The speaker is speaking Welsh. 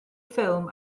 ffilm